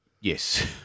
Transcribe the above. Yes